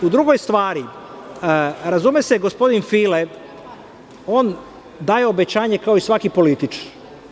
U drugoj stvari, razume se, gospodin File on daje obećanje kao i svaki političar.